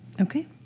Okay